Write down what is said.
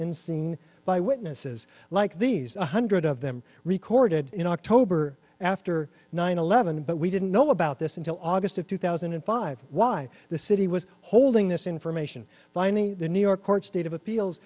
and seen by witnesses like these one hundred of them recorded in october after nine eleven but we didn't know about this until august of two thousand and five why the city was holding this information finally the new york court state of appeals